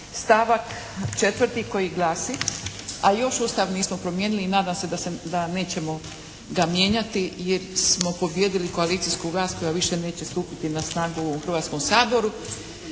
stavak 4. koji glasi, a još Ustav nismo promijenili i nadam se da nećemo ga mijenjati jer smo pobijedili koalicijsku vlast koja više neće stupiti na snagu u Hrvatskom saboru.